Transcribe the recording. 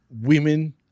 women